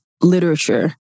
literature